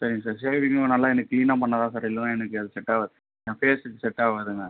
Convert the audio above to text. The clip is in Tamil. சரிங்க சார் ஷேவிங்கும் நல்லா எனக்கு க்ளீனாக பண்ணால் தான் சார் இல்லைனா எனக்கு அது செட்டாகாது என் ஃபேஸுக்கு செட்டாகாதுங்க